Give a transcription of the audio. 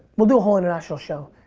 we'll do a whole international show.